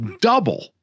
double